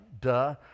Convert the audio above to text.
duh